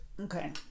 Okay